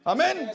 Amen